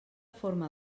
forma